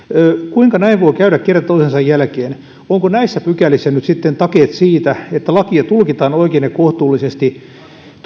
kuinka näin voi käydä kerta toisensa jälkeen onko näissä pykälissä nyt sitten takeet siitä että lakia tulkitaan oikein ja kohtuullisesti